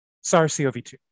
SARS-CoV-2